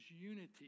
unity